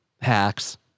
hacks